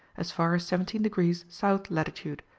as far as seventeen degrees south latitude,